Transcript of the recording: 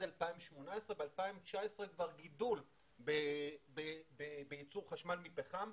ב-2019 היה גידול בייצור חשמל מפחם,